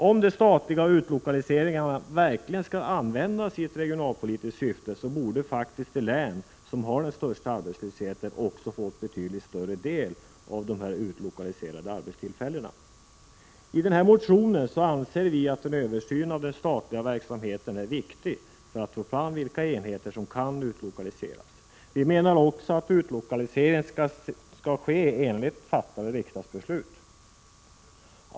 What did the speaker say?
Om de statliga utlokaliseringarna verkligen skall användas i regionalpolitiskt syfte, borde faktiskt de län som har den största arbetslösheten också få I motionen påpekar vi att en översyn av den statliga verksamheten är viktig 21 maj 1987 för att få fram vilka enheter som kan utlokaliseras. Vi menar också att utlokaliseringen skall ske enligt fattade riksdagsbeslut.